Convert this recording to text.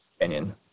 opinion